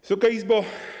Wysoka Izbo!